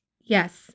Yes